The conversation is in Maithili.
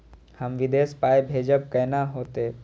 हम विदेश पाय भेजब कैना होते?